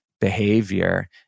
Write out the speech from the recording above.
behavior